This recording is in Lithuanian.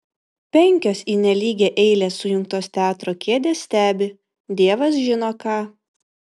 penkios į nelygią eilę sujungtos teatro kėdės stebi dievas žino ką